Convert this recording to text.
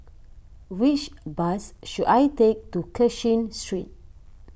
which bus should I take to Cashin Street